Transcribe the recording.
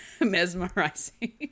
mesmerizing